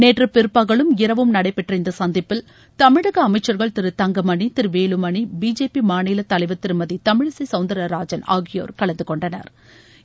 நேற்று பிற்பகலும் இரவும் நடைபெற்ற இந்த சந்திப்பில் தமிழக அமைச்சா்கள் திரு தங்கமணி திரு வேலுமணி பிஜேபி மாநில தலைவா் திருமதி தமிழிசை சவுந்திரராஜன் ஆகியோா் கலந்துகொண்டனா்